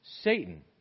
Satan